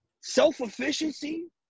self-efficiency